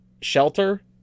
shelter